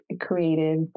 creative